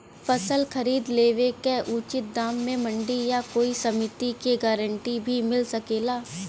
फसल खरीद लेवे क उचित दाम में मंडी या कोई समिति से गारंटी भी मिल सकेला?